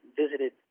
visited